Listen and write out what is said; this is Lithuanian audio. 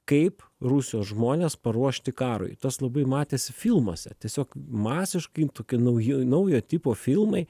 kaip rusijos žmones paruošti karui tas labai matėsi filmuose tiesiog masiškai tokiu nauju naujo tipo filmai